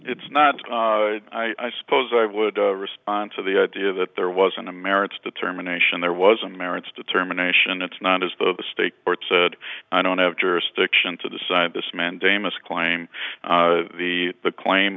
it's not i suppose i would respond to the idea that there wasn't a merits determination there was an merits determination it's not as though the state court said i don't have jurisdiction to decide this mandamus claim the claim